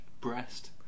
breast